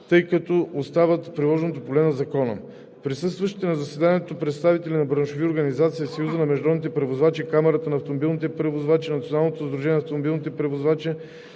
тъй като те остават в приложното поле на Закона. Присъстващите на заседанието представители на браншови организации – Съюза на международните превозвачи, Камарата на автомобилните превозвачи, Националното сдружение на автомобилните превозвачи,